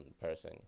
person